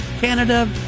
Canada